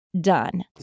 done